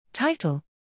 Title